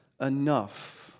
enough